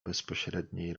bezpośredniej